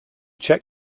check